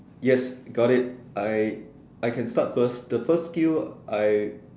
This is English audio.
yes got it I I can start first the first skill I